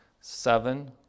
seven